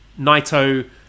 Naito